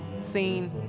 scene